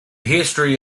history